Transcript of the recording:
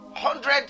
Hundred